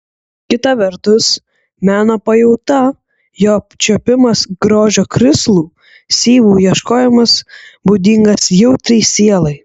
kita vertus meno pajauta jo čiuopimas grožio krislų syvų ieškojimas būdingas jautriai sielai